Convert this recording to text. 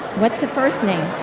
what's the first name?